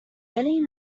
many